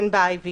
הן ב IVR,